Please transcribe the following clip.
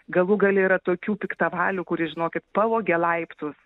galų gale yra tokių piktavalių kurie žinokit pavogė laiptus